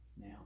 Now